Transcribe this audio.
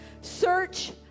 search